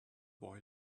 boy